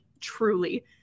truly